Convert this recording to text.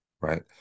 right